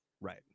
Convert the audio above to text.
right